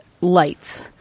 lights